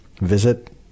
visit